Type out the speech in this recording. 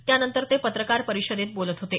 त्यांनतर ते पत्रकार परिषदेत बोलत होते